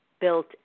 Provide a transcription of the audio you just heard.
built